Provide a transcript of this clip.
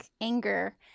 anger